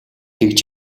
тэгж